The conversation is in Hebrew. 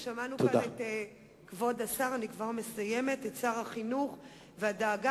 שמענו כאן את כבוד שר החינוך ואת הדאגה